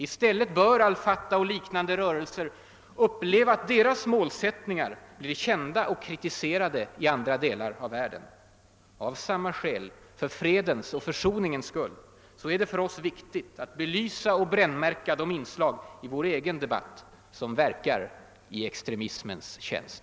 I stället bör al Fatah och liknande rörelser uppleva att deras målsättningar blir kända och kritiserade i andra delar av världen. Och av samma skäl, för fredens och försoningens skull, är det för oss viktigt att belysa och brännmärka de inslag i vår egen debatt som verkar i extremismens tjänst.